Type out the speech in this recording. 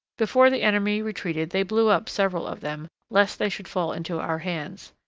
before the enemy retreated they blew up several of them, lest they should fall into our hands.